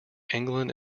england